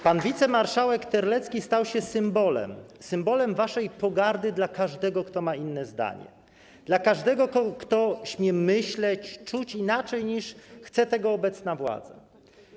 Pan wicemarszałek Terlecki stał się symbolem, symbolem waszej pogardy dla każdego, kto ma inne zdanie, dla każdego, kto śmie myśleć, czuć inaczej, niż chce tego obecna władza.